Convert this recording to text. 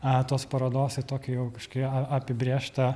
a tos parodos į tokį jau kažkokį apibrėžtą